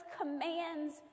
commands